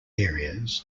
areas